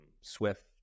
SWIFT